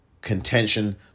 contention